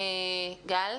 גל,